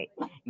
right